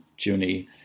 Juni